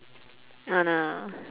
oh no